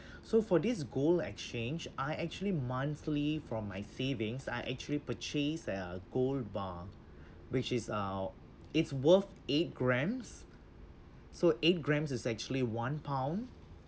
so for this gold exchange I actually monthly from my savings I actually purchase a gold bar which is uh it's worth eight grams so eight grams is actually one pound